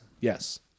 yes